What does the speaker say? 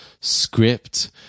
script